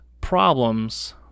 problems